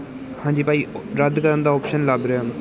ਹਾਂਜੀ ਭਾਅ ਜੀ ਰੱਦ ਕਰਨ ਦਾ ਅੋਪਸ਼ਨ ਲੱਭ ਰਿਹਾ